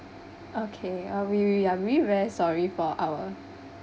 okay uh we we are really very sorry for our